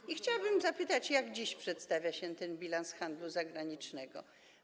I chciałabym zapytać, jak dziś przedstawia się ten bilans handlu zagranicznego.